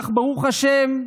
אך ברוך השם,